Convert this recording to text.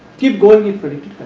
keep going if predicted